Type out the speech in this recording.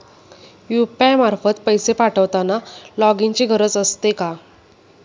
UPI मार्फत पैसे पाठवताना लॉगइनची गरज असते का?